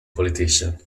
politician